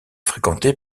fréquenté